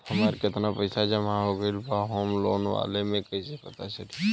हमार केतना पईसा जमा हो गएल बा होम लोन वाला मे कइसे पता चली?